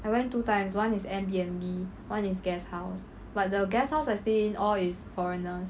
I went two times one is air b n b one is guest house but the guest house I stay in all is foreigners